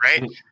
right